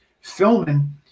filming